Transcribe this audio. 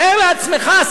תאר לעצמך,